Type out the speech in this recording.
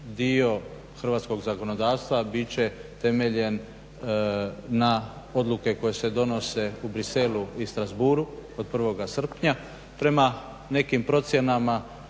dio hrvatskog zakonodavstva bit će temeljen na odluke koje se donose u Bruxellesu i Strasbourgu od 1. srpnja. Prema nekim procjenama